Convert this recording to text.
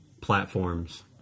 platforms